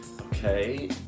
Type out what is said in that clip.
Okay